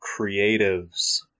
creatives